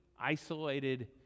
isolated